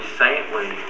saintly